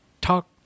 talk